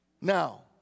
Now